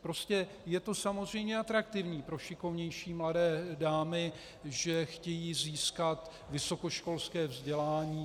Prostě je to samozřejmě atraktivní pro šikovnější mladé dámy, že chtějí získat vysokoškolské vzdělání.